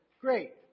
great